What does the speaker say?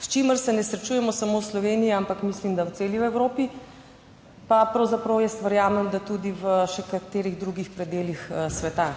S čimer se ne srečujemo samo v Sloveniji, ampak mislim, da v celi Evropi. Pa pravzaprav jaz verjamem, da tudi v še katerih drugih predelih sveta.